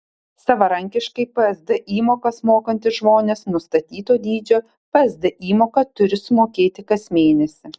savarankiškai psd įmokas mokantys žmonės nustatyto dydžio psd įmoką turi sumokėti kas mėnesį